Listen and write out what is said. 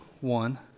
one